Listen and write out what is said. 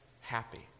happy